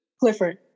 Clifford